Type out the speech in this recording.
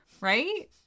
right